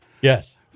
Yes